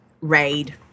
raid